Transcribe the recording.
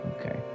Okay